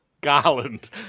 Garland